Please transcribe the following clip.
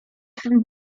twym